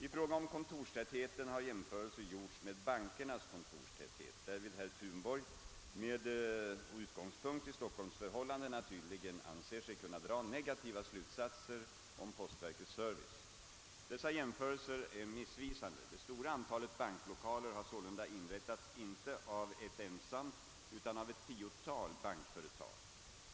I fråga om kontorstätheten har jämförelser gjorts med bankernas kontorstäthet, därvid herr Thunborg — med utgångspunkt i stockholmsförhållandena — tydligen anser sig kunna dra negativa slutsatser om postverkets service. Dessa jämförelser är missvisande. Det stora antalet banklokaler har sålunda inrättats inte av ett ensamt utan av ett tiotal bankföretag.